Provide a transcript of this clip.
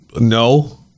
No